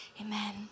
amen